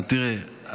תראה,